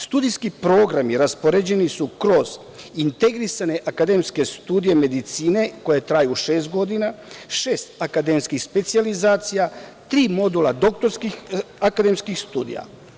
Studijski programi raspoređeni su kroz integrisane akademske studije medicine koje traju šest godina, šest akademskih specijalizacija, tri modula doktorskih akademskih studija.